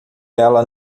ela